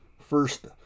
first